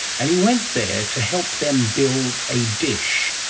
and he went there to help them build a dish.